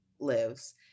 lives